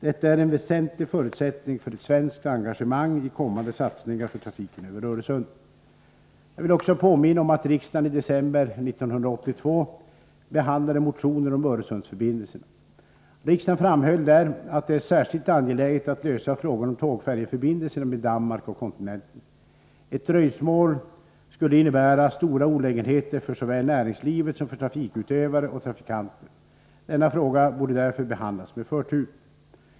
Detta är en väsentlig förutsättning för ett svenskt engagemang i kommande satsningar för trafiken över Öresund. Jag vill också påminna om att riksdagen i december 1982 behandlade motioner om Öresundsförbindelserna. Riksdagen framhöll där att det är särskilt angeläget att lösa frågan om tågfärjeförbindelserna med Danmark och kontinenten. Ett dröjsmål skulle innebära stora olägenheter såväl för näringslivet som för trafikutövare och trafikanter. Denna fråga borde därför behandlas med förtur.